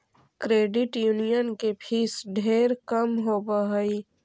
credit union के fees ढेर कम होब हई